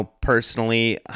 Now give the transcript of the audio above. Personally